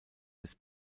des